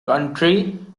country